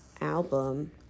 album